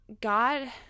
God